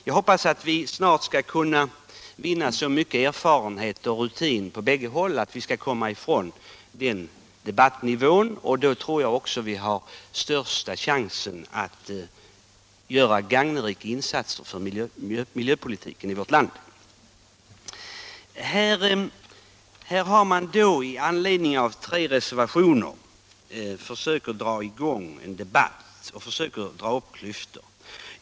Jag hoppas att vi snart skall kunna vinna så mycket erfarenhet och rutin på bägge håll att vi skall komma ifrån den debattnivån. Då tror jag också att vi har den största chansen att göra en gagnrik insats för miljöpolitiken i vårt land. Här försöker man i anledning av tre reservationer att dra i gång en debatt och skapa klyftor.